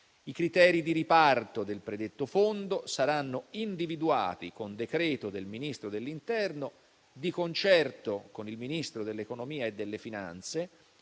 I criteri di riparto del predetto fondo saranno individuati con decreto del Ministro dell'interno di concerto con il Ministro dell'economia e delle finanze,